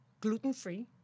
gluten-free